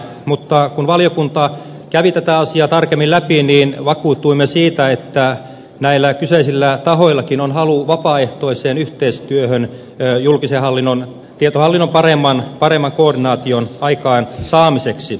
mutta kun valiokunta kävi tätä asiaa tarkemmin läpi niin vakuutuimme siitä että näillä kyseisillä tahoillakin on halu vapaaehtoiseen yhteistyöhön julkisen hallinnon tietohallinnon paremman koordinaation aikaansaamiseksi